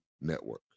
Network